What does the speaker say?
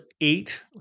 eight